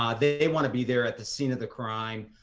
um they they want to be there at the scene of the crime,